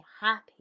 happy